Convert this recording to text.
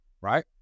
Right